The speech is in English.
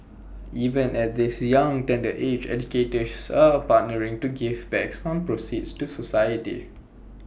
even at this young tender age educators are partnering to give back some proceeds to society